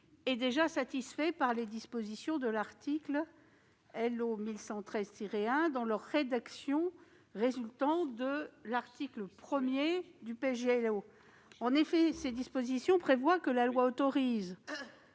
est déjà satisfait par les dispositions de l'article L.O. 1113-1 dans leur rédaction résultant de l'article 1 du projet de loi organique. En effet, ces dispositions prévoient que la loi autorisant